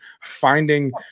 finding